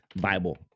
Bible